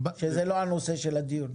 זה לא הנושא של הדיון.